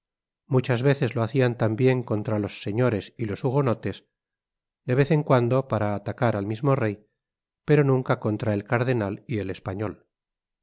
muchas veces lo hacian tambien contra los señores y los hugonotes de vez en cuando para atacar al mismo rev pero nunca contra el cardenal y el español